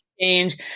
change